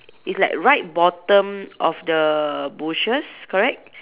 it's like right bottom of the bushes correct